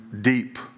deep